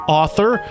author